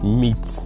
meat